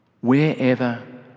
wherever